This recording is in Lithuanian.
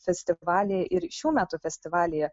festivalyje ir šių metų festivalyje